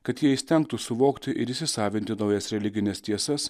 kad jie įstengtų suvokti ir įsisavinti naujas religines tiesas